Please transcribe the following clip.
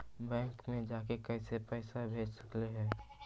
Bank मे जाके कैसे पैसा भेज सकली हे?